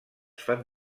fan